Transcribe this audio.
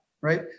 right